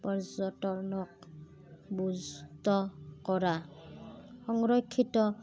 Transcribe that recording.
পৰ্যটনক ব্যস্ত কৰা সংৰক্ষিত